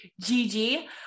Gigi